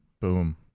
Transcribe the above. Boom